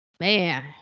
man